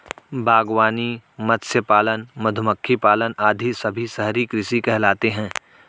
बागवानी, मत्स्य पालन, मधुमक्खी पालन आदि सभी शहरी कृषि कहलाते हैं